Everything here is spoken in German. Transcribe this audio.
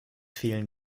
fehlen